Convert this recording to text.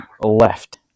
left